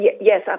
Yes